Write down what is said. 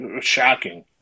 Shocking